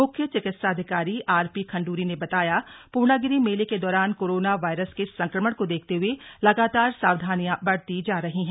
मुख्य चिकित्साधिकारी R P Khanduri ने बताया पूर्णागिरी मेले के दौरान कोरोना वायरस के संक्रमण को देखते हुए लगातार सावधानियां बरती जा रही हैं